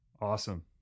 Awesome